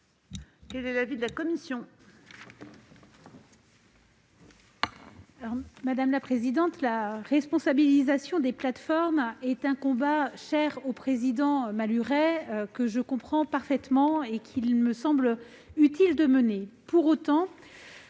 Quel est l'avis de la commission ?